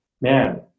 man